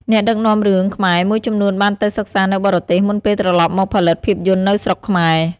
អ្នកដឹកនាំរឿងខ្មែរមួយចំនួនបានទៅសិក្សានៅបរទេសមុនពេលត្រឡប់មកផលិតភាពយន្តនៅស្រុកខ្មែរ។